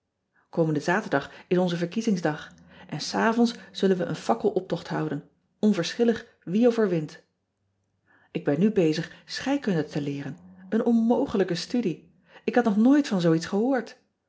omende aterdag is onze verkiezingsdag en s avonds zullen we een fakkeloptocht houden onverschillig wie of er wint k ben nu bezig scheikunde te leeren een onmogelijke studie k had nog nooit van zoo iets gehoord